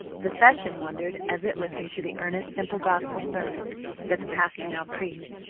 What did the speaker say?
the session wondered as it listened to the earnest, simple gospel sermons that the pastor now preached,